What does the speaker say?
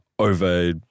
over